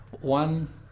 one